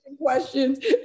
questions